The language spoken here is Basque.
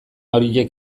horiek